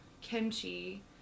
kimchi